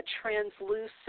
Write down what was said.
translucent